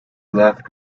left